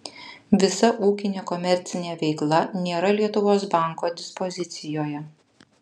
visa ūkinė komercinė veikla nėra lietuvos banko dispozicijoje